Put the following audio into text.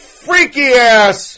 freaky-ass